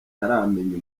ntaramenya